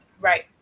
Right